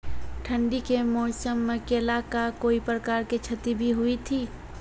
ठंडी के मौसम मे केला का कोई प्रकार के क्षति भी हुई थी?